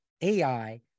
AI